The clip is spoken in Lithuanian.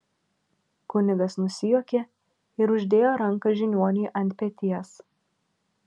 kunigas nusijuokė ir uždėjo ranką žiniuoniui ant peties